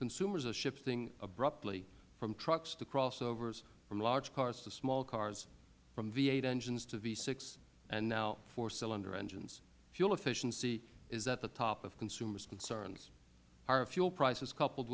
consumers are shifting abruptly from trucks to crossovers from large cars to small cars from v engines to v and now four cylinder engines fuel efficiency is at the top of consumers concerns higher fuel prices coupled